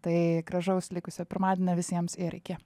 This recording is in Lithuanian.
tai gražaus likusio pirmadienio visiems ir iki